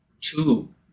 two